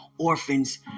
orphans